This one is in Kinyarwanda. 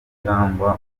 cyangwa